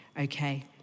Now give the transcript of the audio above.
okay